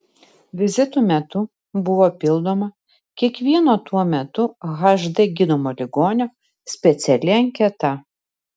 vizitų metu buvo pildoma kiekvieno tuo metu hd gydomo ligonio speciali anketa